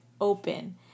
open